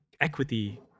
equity